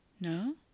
No